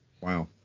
Wow